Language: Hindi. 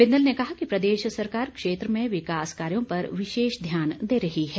बिंदल ने कहा कि प्रदेश सरकार क्षेत्र में विकास कार्यों पर विशेष ध्यान दे रही है